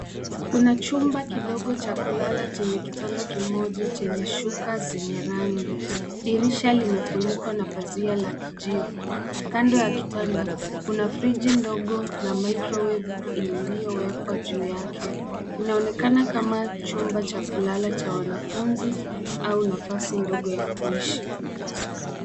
Kuna chumba kidogo cha kulala chenye kitanda kimoja chenye shuka zenye rangi. Dirisha lime funikwa na pazia la kijivu, kando ya kitanda kuna friji ndogo na microwave ilio wekwa juu yake. Inaonekana kama chumba cha kulala cha wanafunzi au nafasi ndogo ya kuishi.